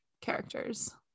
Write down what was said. characters